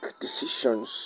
decisions